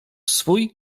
swój